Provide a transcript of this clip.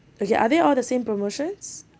okay are they all the same promotions